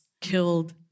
killed